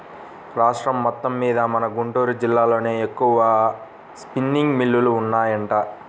రాష్ట్రం మొత్తమ్మీద మన గుంటూరు జిల్లాలోనే ఎక్కువగా స్పిన్నింగ్ మిల్లులు ఉన్నాయంట